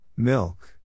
Milk